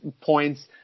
points